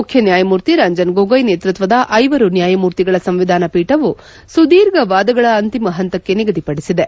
ಮುಖ್ಯನ್ಯಾಯಮೂರ್ತಿ ರಂಜನ್ ಗೊಗೊಯ್ ನೇತೃತ್ವದ ಐವರು ನ್ಯಾಯಮೂರ್ತಿಗಳ ಸಂವಿಧಾನ ಪೀಠವು ಸುದೀರ್ಘ ವಾದಗಳ ಅಂತಿಮ ಹಂತಕ್ಕೆ ನಿಗದಿಪಡಿಸಿದೆ